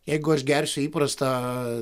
jeigu aš gersiu įprastą